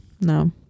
no